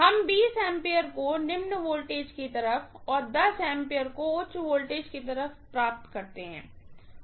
हम 20 A को निम्न वोल्टेज की तरफ और 10 A को उच्च वोल्टेज की तरफ प्राप्त करते हैं